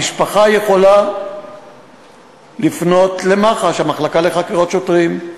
המשפחה יכולה לפנות למח"ש, המחלקה לחקירות שוטרים,